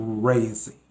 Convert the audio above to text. crazy